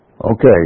Okay